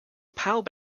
pawb